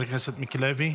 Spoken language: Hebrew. חבר הכנסת מיקי לוי,